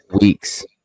weeks